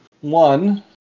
One